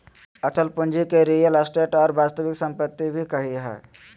अचल पूंजी के रीयल एस्टेट और वास्तविक सम्पत्ति भी कहइ हइ